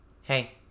Hey